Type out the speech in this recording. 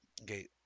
Okay